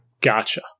Gotcha